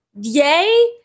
Yay